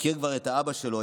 הוא הכיר עוד את האבא שלו.